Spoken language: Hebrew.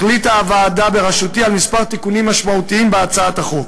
החליטה הוועדה בראשותי על כמה תיקונים משמעותיים בהצעת החוק.